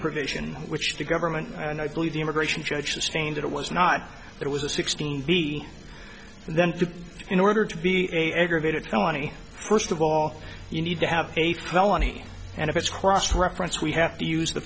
provision which the government and i believe the immigration judge sustained it was not there was a sixteen v and then in order to be a aggravated felony first of all you need to have a felony and if it's cross reference we have to use the